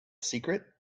secret